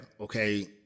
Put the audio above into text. okay